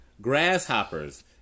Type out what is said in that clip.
Grasshoppers